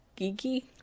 Geeky